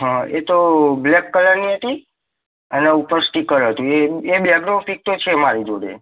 હં એ તો બ્લેક કલરની હતી અને ઉપર સ્ટિકર હતું એ એ બેગનો પીક તો છે મારી જોડે